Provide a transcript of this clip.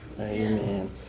Amen